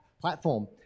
platform